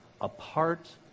apart